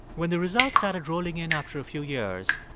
when the results started rolling in after a few years,